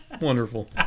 Wonderful